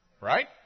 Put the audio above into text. Right